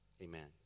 Amen